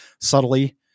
subtly